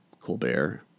Colbert